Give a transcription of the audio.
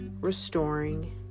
restoring